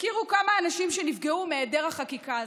תכירו כמה אנשים שנפגעו מהיעדר החקיקה הזה.